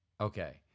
Okay